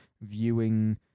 viewing